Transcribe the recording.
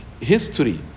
history